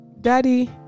daddy